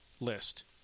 list